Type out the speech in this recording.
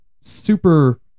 super